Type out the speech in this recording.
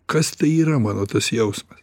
kas tai yra mano tas jausmas